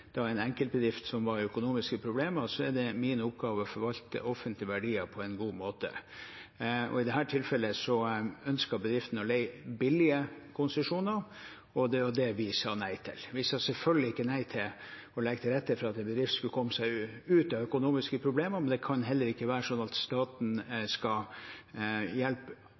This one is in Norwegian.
en enkeltbedrift som var i økonomiske problemer, er det min oppgave å forvalte offentlige verdier på en god måte. I dette tilfellet ønsket bedriften å leie billige konsesjoner, og det var det vi sa nei til. Vi sa selvfølgelig ikke nei til å legge til rette for at en bedrift skulle komme seg ut av økonomiske problemer, men det kan heller ikke være sånn at staten skal hjelpe